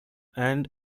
and